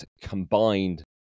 combined